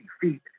feet